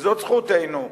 וזאת זכותנו.